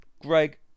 Greg